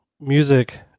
music